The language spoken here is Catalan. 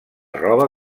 roba